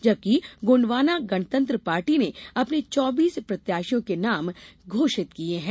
जबकि गोंडवाना गणतंत्र पार्टी ने अपने चौबीस प्रत्याशियों के नाम घोषित किये हैं